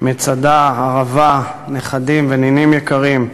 מצדה, ערבה, נכדים ונינים יקרים,